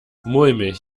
mulmig